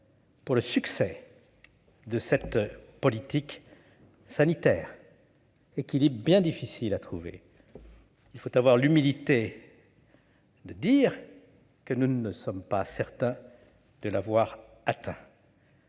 le succès de cette politique sanitaire. L'équilibre est bien difficile à trouver et- il faut avoir l'humilité de le dire -nous ne sommes pas certains de l'avoir atteint